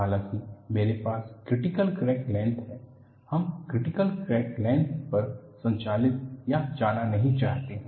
हालांकि मेरे पास क्रीटीकल क्रैक लेंथ है हम क्रीटीकल क्रैक लेंथ तक संचालित या जाना नहीं चाहते हैं